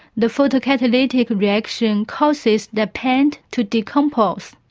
the photocatalytic reaction causes the paint to decompose.